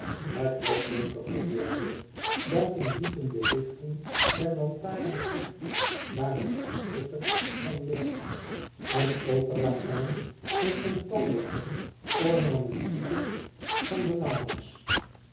het was donker geworden buiten liepen de lichten der lantarens weg naar een geschitter van licht het opera plein met zijn tallooze ornamentieke kandelabers